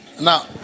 Now